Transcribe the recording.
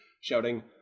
shouting